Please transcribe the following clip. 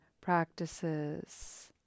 practices